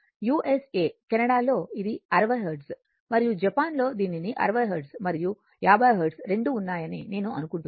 USA కెనడాలో ఇది 60 hertz మరియు జపాన్లో దీనికి 60 హెర్ట్జ్ మరియు 50 హెర్ట్జ్ రెండూ ఉన్నాయని నేను అనుకుంటున్నాను